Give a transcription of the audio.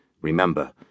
Remember